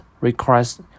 requires